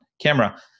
camera